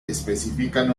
especifican